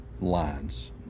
lines